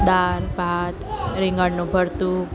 દાળ ભાત રીંગણનું ભરતું